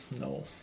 No